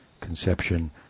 conception